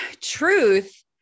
truth